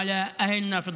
לתושבי